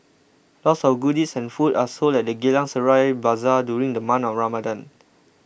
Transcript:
lots of goodies and food are sold at the Geylang Serai Bazaar during the month of Ramadan